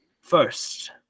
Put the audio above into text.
first